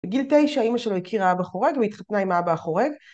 בגיל תשע אמא שלו הכירה אבא חורג והיא התחתנה עם האבא החורג